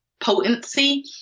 potency